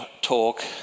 talk